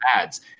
ads